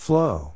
Flow